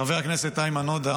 חבר הכנסת איימן עודה,